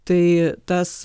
tai tas